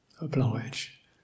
Oblige